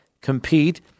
compete